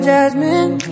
Jasmine